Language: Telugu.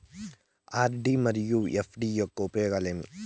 ఆర్.డి మరియు ఎఫ్.డి యొక్క ఉపయోగాలు ఏమి?